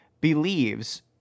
believes